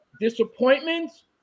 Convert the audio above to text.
disappointments